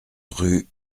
rue